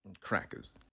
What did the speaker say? crackers